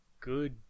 good